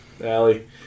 Allie